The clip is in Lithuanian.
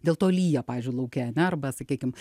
dėl to lyja pavyzdžiui lauke ane arba sakykim